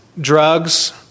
Drugs